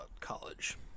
college